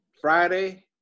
Friday